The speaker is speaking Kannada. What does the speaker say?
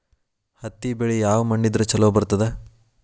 ಹತ್ತಿ ಬೆಳಿ ಯಾವ ಮಣ್ಣ ಇದ್ರ ಛಲೋ ಬರ್ತದ?